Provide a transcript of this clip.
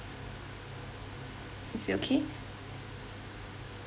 is it okay